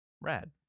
Rad